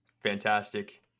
fantastic